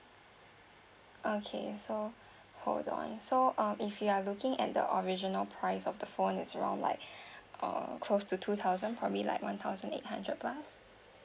okay so hold on so um if you are looking at the original price of the phone it's more like uh close to two thousand probably like one thousand eight hundred plus